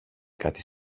κάτι